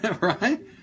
Right